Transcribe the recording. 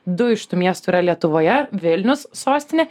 du iš tų miestų yra lietuvoje vilnius sostinė